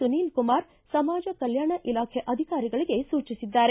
ಸುನೀಲ್ ಕುಮಾರ್ ಸಮಾಜ ಕಲ್ಲಾಣ ಇಲಾಖೆ ಅಧಿಕಾರಿಗಳಿಗೆ ಸೂಚಿಸಿದ್ದಾರೆ